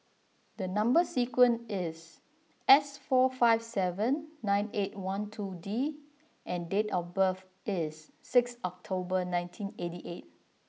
the number sequence is S four five seven nine eight one two D and date of birth is six October nineteen eighty eight